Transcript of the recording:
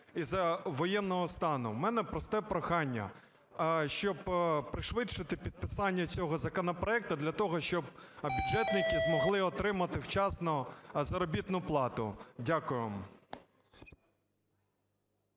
із-за воєнного стану. У мене просте прохання, щоб пришвидшити підписання цього законопроекту для того, щоб бюджетники змогли отримати вчасно заробітну плату. Дякую.